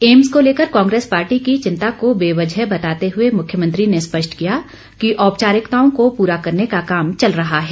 AIIMS को लेकर Congress party की चिंता को बेवजह बताते हुए मुख्यमंत्री ने स्पष्ट किया कि औपचारिकताओं को पूरा करने का काम चल रहा है